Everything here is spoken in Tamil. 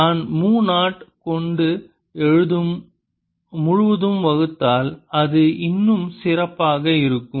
நான் மு நாட் கொண்டு முழுதும் வகுத்தால் அது இன்னும் சிறப்பாக இருக்கும்